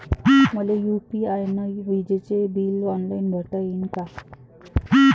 मले यू.पी.आय न विजेचे बिल ऑनलाईन भरता येईन का?